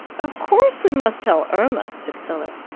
of course we must tell irma! said philip.